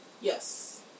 yes